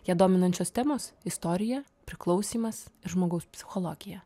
ją dominančios temos istorija priklausymas žmogaus psichologija